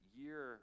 year